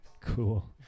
Cool